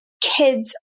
kids